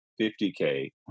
50K